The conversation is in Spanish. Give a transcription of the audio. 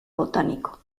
botánico